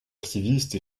activiste